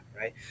right